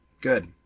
Good